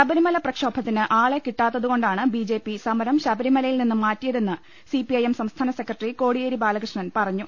ശബരിമല പ്രക്ഷോഭത്തിന് ആളെ കിട്ടാത്തതു കൊണ്ടാണ് ബിജെപി സമരം ശബരിമലയിൽ നിന്നും മാറ്റിയതെന്ന് സിപിഐഎം സംസ്ഥാന സെക്രട്ടറി കോടിയേരി ബാലകൃഷ്ണൻ പറഞ്ഞു